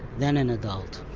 then an adult.